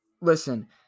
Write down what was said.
listen